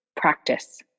practice